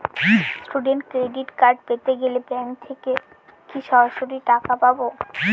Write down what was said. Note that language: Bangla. স্টুডেন্ট ক্রেডিট কার্ড পেতে গেলে ব্যাঙ্ক থেকে কি সরাসরি টাকা পাবো?